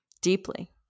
deeply